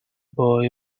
boy